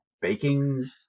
baking